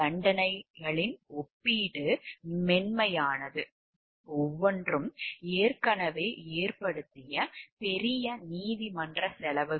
தண்டனைகளின் ஒப்பீட்டு மென்மையானது ஒவ்வொன்றும் ஏற்கனவே ஏற்படுத்திய பெரிய நீதிமன்றச் செலவுகளை அடிப்படையாகக் கொண்டது